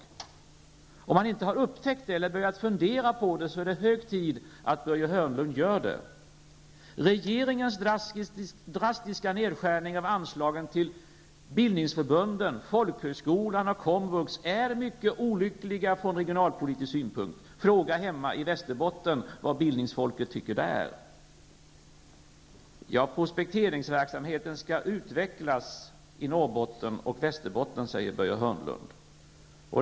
Om Börje Hörnlund inte har upptäckt det och om han inte har börjat fundera över den saken, är det hög tid att han gör det. Regeringens drastiska nedskärningar av anslagen till bildningsförbunden, folkhögskolorna och komvux är mycket olyckliga från regionalpolitisk synpunkt. Fråga bildningsfolket hemma i Västerbotten vad man tycker! Prospekteringsverksamheten skall utvecklas i Hörnlund.